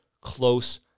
close